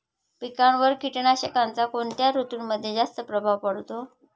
पिकांवर कीटकनाशकांचा कोणत्या ऋतूमध्ये जास्त प्रभाव पडतो?